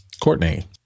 Courtney